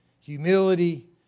humility